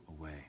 away